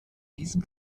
diesem